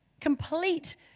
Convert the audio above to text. Complete